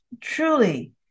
truly